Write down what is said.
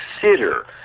consider